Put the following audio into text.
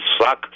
suck